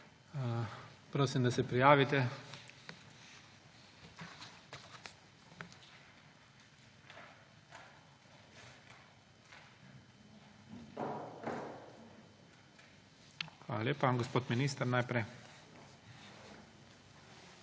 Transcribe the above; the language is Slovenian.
Prosim, da se prijavite. Hvala lepa. Gospod minister,